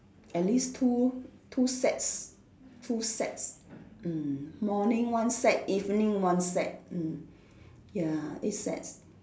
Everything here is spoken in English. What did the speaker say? at least two two sets two sets mm morning one set evening one set mm ya eight sets